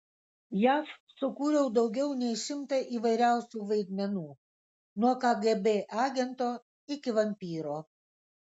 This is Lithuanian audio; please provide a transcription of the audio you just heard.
jav sukūriau daugiau nei šimtą įvairiausių vaidmenų nuo kgb agento iki vampyro